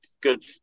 good